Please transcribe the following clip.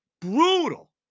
brutal